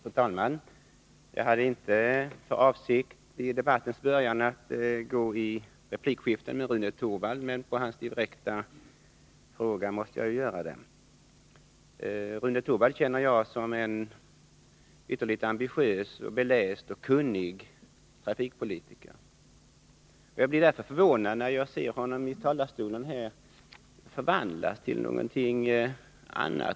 Fru talman! Jag hade inte för avsikt att i debattens början gå in i ett replikskifte med Rune Torwald, men på hans direkta fråga måste jag göra det. Jag känner Rune Torwald som en ambitiös, beläst och kunnig trafikpolitiker. Därför blev jag förvånad när jag märkte att han i talarstolen förvandlades till någonting annat.